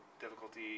difficulty